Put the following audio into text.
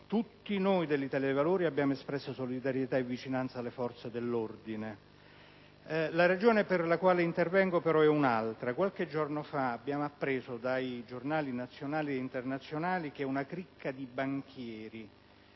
tutti noi dell'Italia dei Valori abbiamo espresso solidarietà e vicinanza alle forze dell'ordine. La ragione per la quale intervengo però è un'altra. Qualche giorno fa abbiamo appreso dai giornali nazionali ed internazionali che una cricca di banchieri